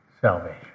salvation